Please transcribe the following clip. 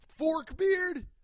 Forkbeard